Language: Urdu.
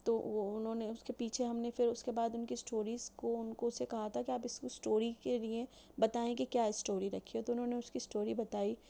تو وہ اُنہوں نے اُس کے پیچھے ہم نے پھر اُس کے بعد اُن کی اسٹوریز کو اُن کو اُس سے کہا تھا کہ آپ اِس اسٹوری کے لئے بتائیں کہ کیا اسٹوری رکھی ہے تو اُنہوں نے اُس کی اسٹوری بتائی